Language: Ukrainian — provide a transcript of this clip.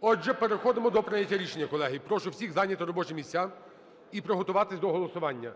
Отже, переходимо до прийняття рішення, колеги. Прошу всіх зайняти робочі місця і приготуватись до голосування.